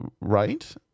Right